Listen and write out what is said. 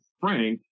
Frank